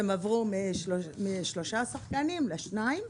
שהם עברו מ-13 תקנים לשניים,